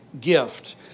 gift